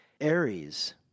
Aries